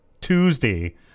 Tuesday